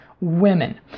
women